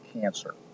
cancer